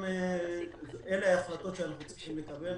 ואלה ההחלטות שאנחנו צריכים לקבל.